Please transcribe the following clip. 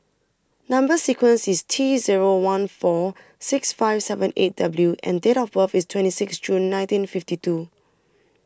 Number sequence IS T Zero one four six five seven eight W and Date of birth IS twenty six June nineteen fifty two